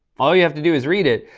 all you have to do is read it,